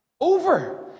Over